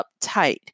uptight